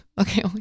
Okay